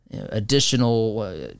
additional